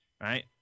right